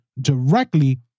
directly